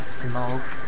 smoke